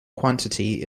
quantity